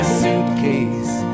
suitcase